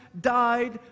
died